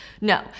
No